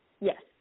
Yes